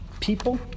people